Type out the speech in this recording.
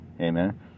Amen